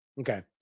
Okay